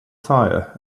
fire